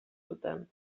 zuten